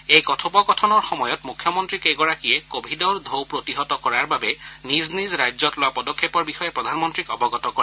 এই কথোপকথনৰ সময়ত মুখ্যমন্ত্ৰীকেইগৰাকীয়ে কভিডৰ টৌ প্ৰতিহত কৰাৰ বাবে নিজ নিজ ৰাজ্যত লোৱা পদক্ষেপৰ বিষয়ে প্ৰধানমন্নীক অৱগত কৰে